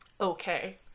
okay